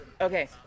Okay